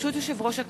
ברשות יושב-ראש הכנסת,